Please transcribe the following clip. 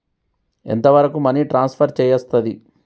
ఎంత వరకు money transfer చేయస్తది?